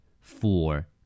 four